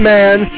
Man